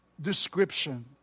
description